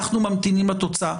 אנחנו ממתינים לתוצאה.